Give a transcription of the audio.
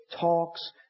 talks